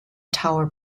tower